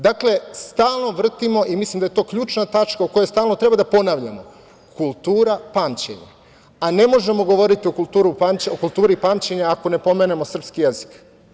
Dakle, stalno vrtimo, mislim da je to ključna tačka o kojoj stalno treba da ponavljamo, kultura pamćenja, a ne možemo govoriti o kulturi pamćenja ako ne pomenemo srpski jezik.